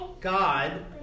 God